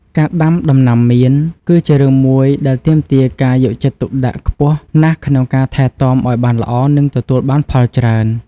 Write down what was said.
ការដាំដំណាំមៀន គឺជារឿងមួយដែលទាមទារការយកចិត្តទុកដាក់ខ្ពស់ណាស់ក្នុងការថែទាំអោយបានល្អនិងទទួលបានផលច្រើន។